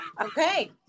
Okay